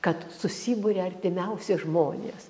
kad susiburia artimiausi žmonės